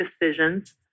decisions